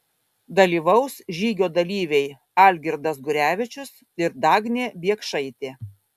dalyvaus žygio dalyviai algirdas gurevičius ir dagnė biekšaitė